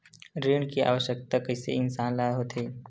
ऋण के आवश्कता कइसे इंसान ला होथे?